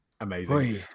Amazing